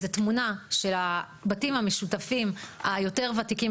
יש תמונה של הבתים המשותפים היותר וותיקים,